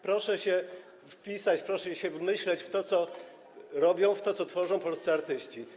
Proszę się wpisać, proszę się wmyśleć w to, co robią, w to, co tworzą polscy artyści.